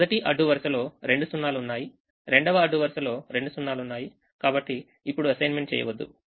మొదటి అడ్డు వరుసలో రెండు 0 లు ఉన్నాయి 2వ అడ్డు వరుసలో రెండు 0 లు ఉన్నాయి కాబట్టిఇప్పుడుఅసైన్మెంట్ చేయవద్దు